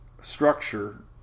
structure